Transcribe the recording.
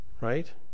right